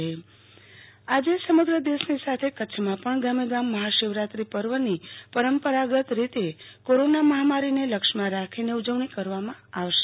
આરતી Bhatt Kutch Shivaratri આજે સમગ્ર રાજ્યની સાથે કચ્છથમાં પણ ગામેગામ મહાશિવરાત્રીન પર્વની પરંપરાગત રીતે કોરોના મહામારીને લક્ષમાં રાખીને ઉજવણી કરવામાં આવશે